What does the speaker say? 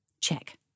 Check